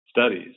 studies